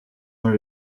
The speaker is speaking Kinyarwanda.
muri